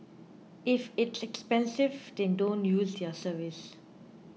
if it's expensive then don't use their service